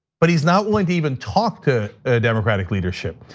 but he's not willing to even talk to democratic leadership.